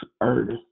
earth